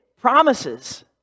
promises